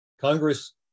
Congress